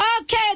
Okay